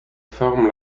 forme